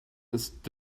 ist